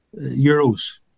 euros